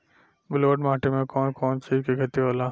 ब्लुअट माटी में कौन कौनचीज के खेती होला?